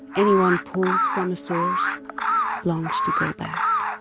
anyone pulled from a source longs to go back.